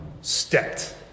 stepped